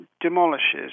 demolishes